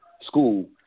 school